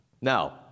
Now